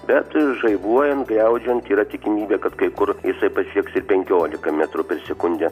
bet žaibuojant griaudžiant yra tikimybė kad kai kur jisai pasieks ir penkiolika metrų per sekundę